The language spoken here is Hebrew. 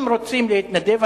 אם הם רוצים להתנדב,